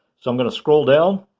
so, i'm going to scroll down,